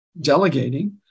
delegating